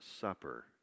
Supper